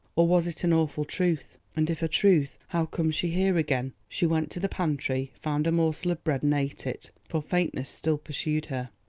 or was it an awful truth, and if a truth, how came she here again? she went to the pantry, found a morsel of bread and ate it, for faintness still pursued her.